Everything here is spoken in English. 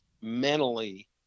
mentally